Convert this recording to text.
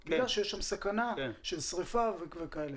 כי יש שם סכנה ודברים כאלה,